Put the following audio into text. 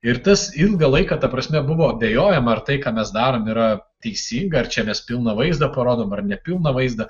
ir tas ilgą laiką ta prasme buvo abejojama ar tai ką mes darom yra teisinga ar čia mes pilną vaizdą parodom ar ne pilną vaizdą